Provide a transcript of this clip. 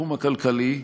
בתחום הכלכלי,